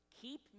keep